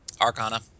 Arcana